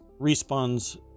Respawn's